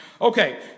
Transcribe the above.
Okay